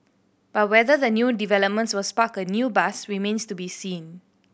but whether the new developments will spark a new buzz remains to be seen